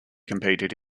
competed